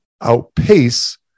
outpace